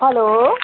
hello